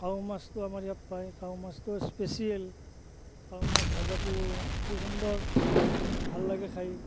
কাৱৈ মাছটো আমাৰ ইয়াত পায় কাৱৈ মাছটো স্পেচিয়েল কাৱৈ মাছ ভজাটো অতি সুন্দৰ ভাল লাগে খায়